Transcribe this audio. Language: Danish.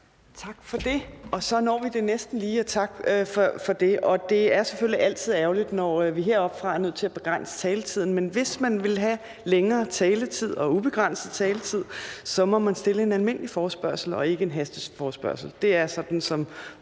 at blive færdige til tiden, tak for det. Det er selvfølgelig altid ærgerligt, når vi heroppefra er nødt til at begrænse taletiden, men hvis man vil have en længere taletid, må man stille en almindelig forespørgsel og ikke en hasteforespørgsel. Det er sådan,